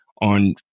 on